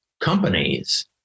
companies